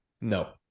No